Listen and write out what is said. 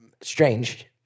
strange